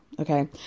Okay